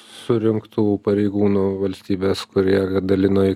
surinktų pareigūnų valstybės kurie dalinai